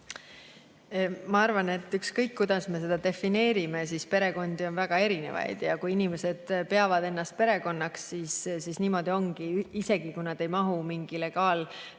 Ma arvan, et ükskõik, kuidas me seda defineerime, perekondi on väga erinevaid. Kui inimesed peavad ennast perekonnaks, siis niimoodi ongi, isegi kui nad ei mahu mingi legaaldefinitsiooni